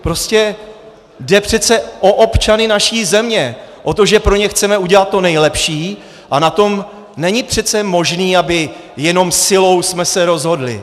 Prostě jde přece o občany naší země, o to, že pro ně chceme udělat to nejlepší, a na tom není přece možné, abychom se jenom silou rozhodli.